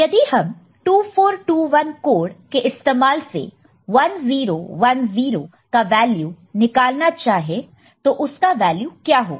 यदि हम 2421 कोड के इस्तेमाल से 1010 का वैल्यू निकालना चाहे तो उसका वैल्यू क्या होगा